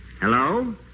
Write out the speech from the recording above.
Hello